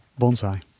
bonsai